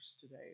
today